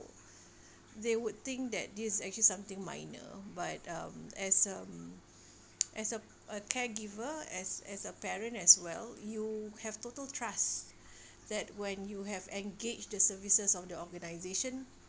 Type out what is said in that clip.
they would think that this is actually something minor but um as um as a a caregiver as as a parent as well you have total trust that when you have engaged the services of the organization